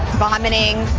vomiting.